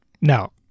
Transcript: Now